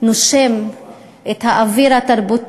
מכירים בכך שהחינוך צריך להיות חינוך